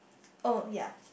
oh ya